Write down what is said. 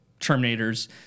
Terminators